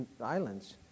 islands